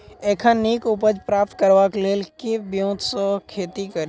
एखन नीक उपज प्राप्त करबाक लेल केँ ब्योंत सऽ खेती कड़ी?